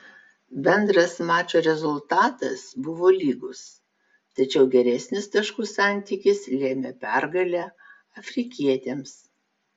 bendras mačo rezultatas buvo lygus tačiau geresnis taškų santykis lėmė pergalę afrikietėms